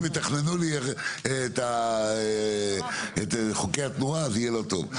יתכננו את חוקי התנועה זה יהיה לא טוב.